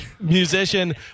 musician